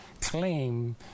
claim